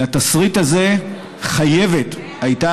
לתסריט הזה המדינה הייתה